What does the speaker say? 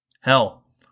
Hell